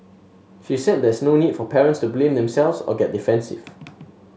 she said there is no need for parents to blame themselves or get defensive